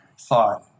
thought